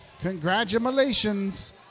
Congratulations